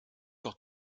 doch